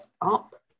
up